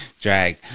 drag